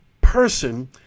person